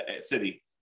city